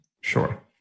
Sure